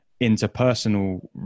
interpersonal